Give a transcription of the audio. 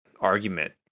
argument